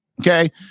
Okay